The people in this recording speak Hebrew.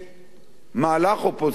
למהלך אופוזיציוני,